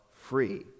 free